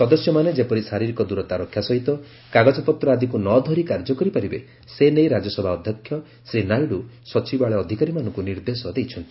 ସଦସ୍ୟମାନେ ଯେପରି ଶାରୀରିକ ଦୂରତା ରକ୍ଷା ସହିତ କାଗଜପତ୍ ଆଦିକୁ ନ ଧରି କାର୍ଯ୍ୟ କରିପାରିବେ ସେ ନେଇ ରାଜ୍ୟସଭା ଅଧ୍ୟକ୍ଷା ଶ୍ରୀ ନାଇଡ଼ୁ ସଚିବାଳୟ ଅଧିକାରୀମାନଙ୍କୁ ନିର୍ଦ୍ଦେଶ ଦେଇଛନ୍ତି